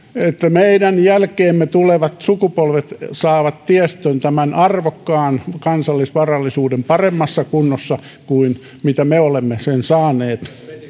meidän jälkeemme tulevat sukupolvet saavat tiestön tämän arvokkaan kansallisvarallisuuden paremmassa kunnossa kuin mitä me olemme sen saaneet